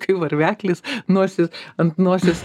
kai varveklis nosis ant nosies